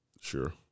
Sure